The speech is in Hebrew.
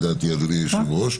אדוני היושב-ראש,